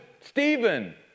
Stephen